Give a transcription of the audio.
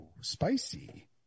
spicy